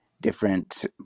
different